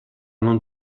non